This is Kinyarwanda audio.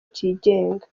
kigenga